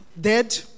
dead